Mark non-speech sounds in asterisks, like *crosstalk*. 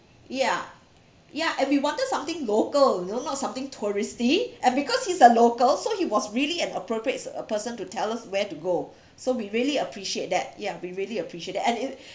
yeah yeah and we wanted something local you know not something touristy and because he's a local so he was really an appropriate person to tell us where to go *breath* so we really appreciate that yeah we really appreciate that and it